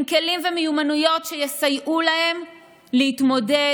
עם כלים ומיומנויות שיסייעו להם להתמודד